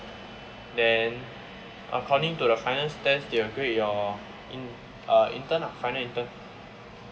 then according to the final stance they will grade your in~ uh intern lah final intern